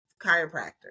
chiropractor